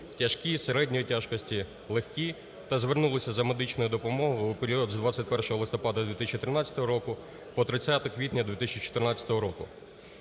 тяжкі, середньої тяжкості, легкі та звернулися за медичною допомогою у період з 21 листопада 2013 року по 30 квітня 2014 року.